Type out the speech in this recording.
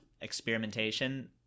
experimentation